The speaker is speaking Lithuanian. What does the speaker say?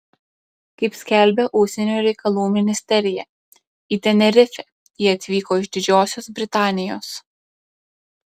kaip skelbia užsienio reikalų ministerija į tenerifę jie atvyko iš didžiosios britanijos